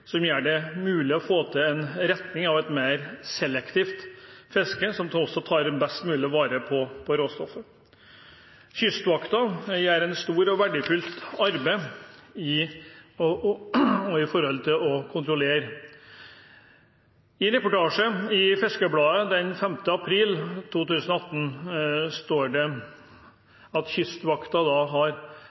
som gjør det mulig å gå i retning av et mer selektivt fiske som også tar best mulig vare på råstoffet. Kystvakten gjør et stort og verdifullt arbeid med kontroll. I en reportasje i Fiskeribladet den 6. april 2018 står det at Kystvakten på kort tid har